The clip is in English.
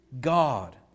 God